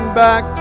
back